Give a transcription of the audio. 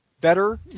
better